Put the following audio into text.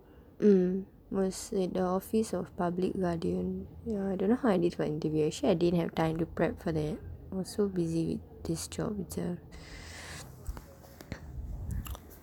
mm was at the office of public guardian ya don't know how I did my interview actually I didn't have time to prep for that I was so busy with this job itself